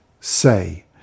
say